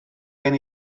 gen